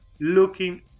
looking